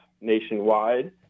nationwide